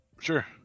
Sure